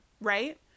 right